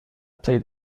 play